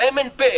אבל להם אין פה,